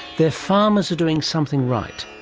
their farmers are doing something right.